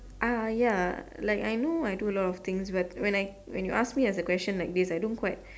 ah ya like I know I do a lot of things but when I when you ask me as a question like this I don't quite